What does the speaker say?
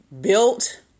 built